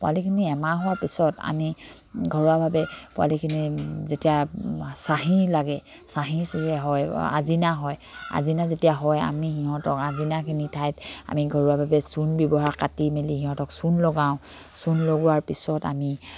পোৱালিখিনি এমাহ হোৱাৰ পিছত আমি ঘৰুৱাভাৱে পোৱালিখিনি যেতিয়া চাঁহি লাগে চাহি চ হয় আজিনা হয় আজিনা যেতিয়া হয় আমি সিহঁতক আজিনাখিনি ঠাইত আমি ঘৰুৱাভাৱে চূণ ব্যৱহাৰ কাটি মেলি সিহঁতক চূণ লগাওঁ চূণ লগোৱাৰ পিছত আমি